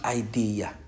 idea